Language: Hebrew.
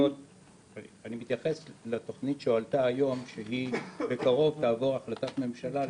אני מתייחס לותכנית שהועלתה היום שהיא בקרוב תועבר להחלטת הממשלה,